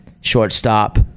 shortstop